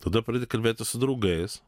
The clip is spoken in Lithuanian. tada pradedi kalbėti su draugais